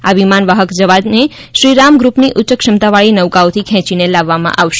આ વિમાન વાહક જહાજને શ્રીરામ ગૃપની ઉચ્યક્ષમતાવાળી નૌકાઓથી ખેંચીને લાવવામાં આવશે